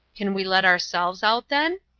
can we let ourselves out, then?